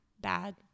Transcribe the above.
bad